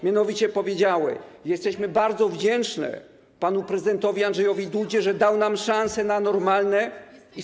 Mianowicie powiedziały: Jesteśmy bardzo wdzięczne panu prezydentowi Andrzejowi Dudzie, że dał nam szansę na normalne i spokojne życie.